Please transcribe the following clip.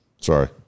Sorry